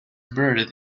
bird